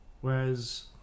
Whereas